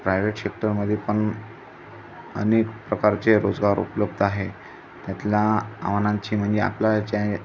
private शेक्टरमध्ये पण अनेक प्रकारचे रोजगार उपलब्ध आहे त्यातला आव्हानाची म्हणजे आपल्या जश्या